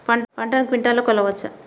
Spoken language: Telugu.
పంటను క్వింటాల్లలో కొలవచ్చా?